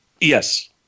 Yes